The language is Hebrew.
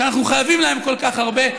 שאנחנו חייבים להם כל כך הרבה,